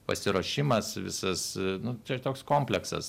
pasiruošimas visas nu čia toks kompleksas